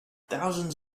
thousands